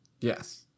Yes